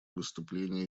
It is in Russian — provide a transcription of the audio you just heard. выступление